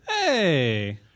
Hey